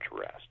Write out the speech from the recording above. rest